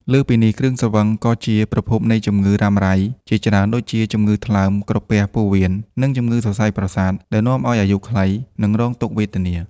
លើសពីនេះ គ្រឿងស្រវឹងក៏ជាប្រភពនៃជំងឺរ៉ាំរ៉ៃជាច្រើនដូចជា ជំងឺថ្លើម ក្រពះ ពោះវៀន និងជំងឺសរសៃប្រសាទ ដែលនាំឲ្យអាយុខ្លី និងរងទុក្ខវេទនា។